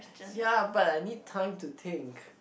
ya but I need time to think